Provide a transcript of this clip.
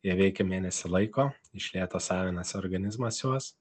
jie veikia mėnesį laiko iš lėto savinasi organizmas juos